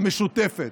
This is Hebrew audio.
המשותפת,